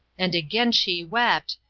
and again she wept,